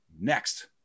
Next